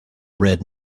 red